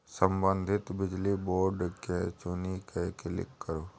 संबंधित बिजली बोर्ड केँ चुनि कए क्लिक करु